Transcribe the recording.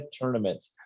tournament